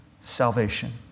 salvation